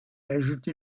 ajoutez